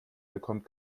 bekommt